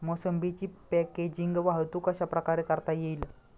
मोसंबीची पॅकेजिंग वाहतूक कशाप्रकारे करता येईल?